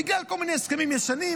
שבגלל כל מיני הסכמים ישנים,